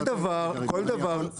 זה המודל הכלכלי הנכון.